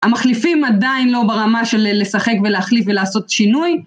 המחליפים עדיין לא ברמה של לשחק ולהחליף ולעשות שינוי.